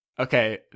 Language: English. Okay